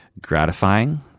gratifying